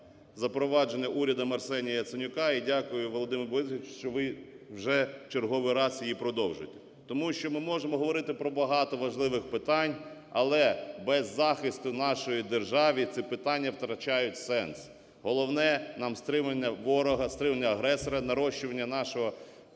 запроваджена урядом Арсенія Яценюка. І дякую, Володимиру Борисовичу, що ви вже в черговий раз її продовжили. Тому що ми можемо говорити про багато важливих питань, але без захисту нашої держави це питання втрачає сенс. Головне нам - стримання ворога, стримання агресора, нарощування нашого